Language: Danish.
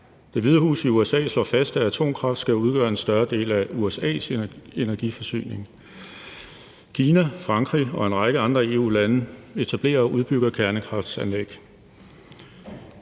Det Hvide Hus i USA slår fast, at atomkraft skal udgøre en større del af USA's energiforsyning. Kina, Frankrig og en række andre EU-lande etablerer og udbygger kernekraftsanlæg.